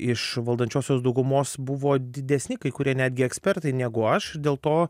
iš valdančiosios daugumos buvo didesni kai kurie netgi ekspertai negu aš dėl to